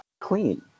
clean